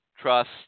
trust